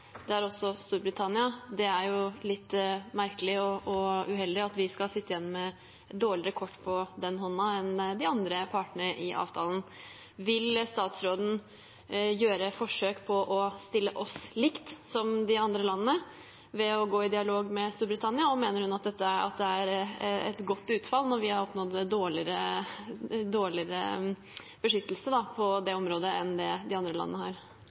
Det har også Storbritannia. Det er litt merkelig og uheldig at vi skal sitte igjen med dårligere kort på den hånden enn de andre partene i avtalen gjør. Vil statsråden gjøre et forsøk på å stille oss likt med de andre landene ved å gå i dialog med Storbritannia, og mener hun at det er et godt utfall når vi har oppnådd dårligere beskyttelse på det området enn de andre landene har? Jeg mener at vi ikke har dårligere beskyttelse enn de andre landene har